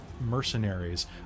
mercenaries